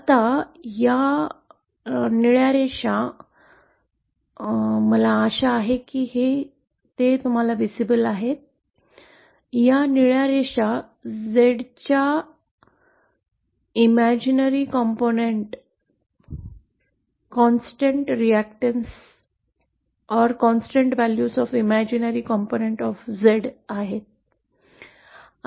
आता या निळ्या रेषा मला आशा आहे की ते दृश्यमान आहे या निळ्या रेषा Z च्या काल्पनिक घटकाची निरंतर अभिक्रिया स्थिरांक आहे